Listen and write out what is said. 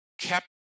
kept